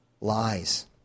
lies